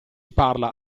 parla